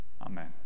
Amen